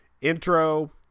intro